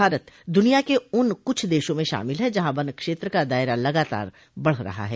भारत दुनिया के उन कुछ देशों में शामिल हैं जहां वन क्षेत्र का दायरा लगातार बढ रहा है